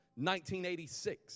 1986